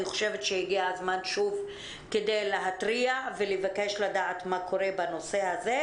אני חושבת שהגיע הזמן שוב כדי להתריע ולבקש לדעת מה קורה בנושא הזה,